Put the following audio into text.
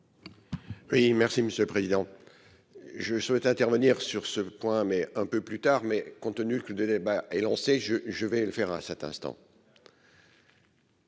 Oui, merci Monsieur le Président, je souhaite intervenir sur ce point, mais un peu plus tard, mais compte tenu que le débat est lancé, je, je vais le faire à cet instant.